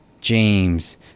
James